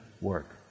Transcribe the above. work